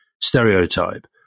stereotype